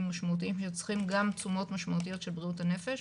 משמעותיים שצריכים גם תשומות משמעויות של בריאות הנפש,